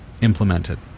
implemented